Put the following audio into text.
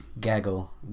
gaggle